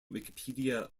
wikipedia